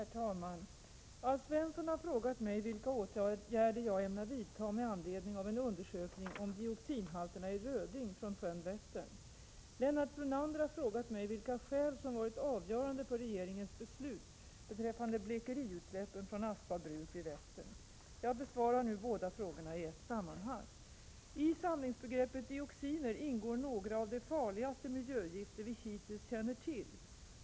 Herr talman! Alf Svensson har frågat mig vilka åtgärder jag ämnar vidta med anledning av en undersökning om dioxinhalterna i röding från sjön Vättern. Lennart Brunander har frågat mig vilka skäl som varit avgörande för regeringens beslut beträffande blekeriutsläppen från Aspa bruk vid Vättern. Jag besvarar nu båda frågorna i ett sammanhang. I samlingsbegreppet dioxiner ingår några av de farligaste miljögifter vi hittills känner till.